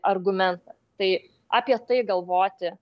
argumentą tai apie tai galvoti